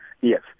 Yes